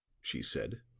she said.